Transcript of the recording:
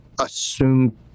assume